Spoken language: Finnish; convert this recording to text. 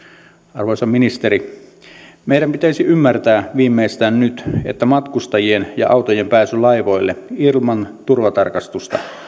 arvoisa ministeri meidän pitäisi ymmärtää viimeistään nyt että matkustajien ja autojen pääsy laivoille ilman turvatarkastusta